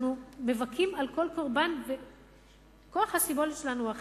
אנחנו מבכים על כל קורבן והסבולת שלנו היא אחרת.